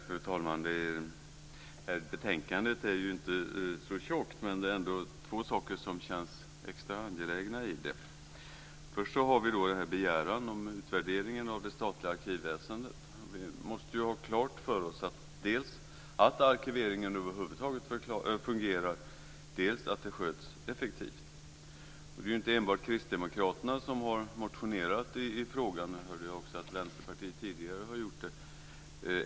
Fru talman! Betänkandet är inte så tjockt, men det är ändå två saker i det som känns extra angelägna. Först är det begäran om en utvärdering av det statliga arkivväsendet. Vi måste ju ha klart för oss att anledningen till att arkiveringen över huvud taget fungerar till dels är att det sköts effektivt. Det är inte enbart Kristdemokraterna som har motionerat i frågan. Jag hörde att också Vänsterpartiet tidigare har gjort det.